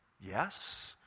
yes